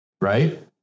Right